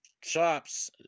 chops